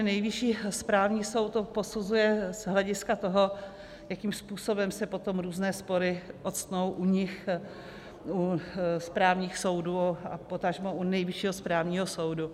Nejvyšší správní soud to posuzuje z hlediska toho, jakým způsobem se potom různé spory ocitnou u nich, tedy u správních soudů, potažmo u Nejvyššího správního soudu.